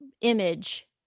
image